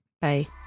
Bye